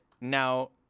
now